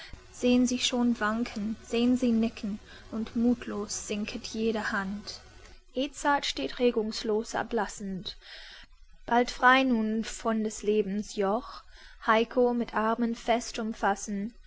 sehn sie schon wanken sehn sie nicken und muthlos sinket jede hand edzard steht regungslos erblassend bald frei nun von des lebens joch heiko mit armen fest umfassend